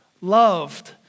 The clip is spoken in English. loved